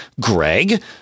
Greg